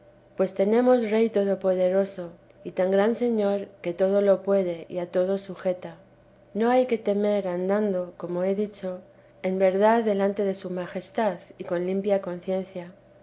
pues tenemos rey todopoderoso y tan gran señor que todo lo puede y a todos sujeta no hay que temer andando como he dicho en verdad delante de su majestad y con limpia conciencia